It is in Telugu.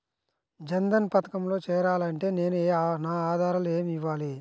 జన్ధన్ పథకంలో చేరాలి అంటే నేను నా ఆధారాలు ఏమి ఇవ్వాలి?